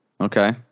okay